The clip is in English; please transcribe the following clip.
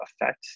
effect